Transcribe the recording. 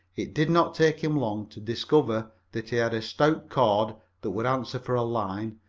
it did not take him long to discover that he had a stout cord that would answer for a line,